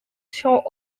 shore